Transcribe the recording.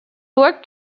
worked